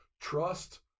trust